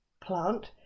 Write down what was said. plant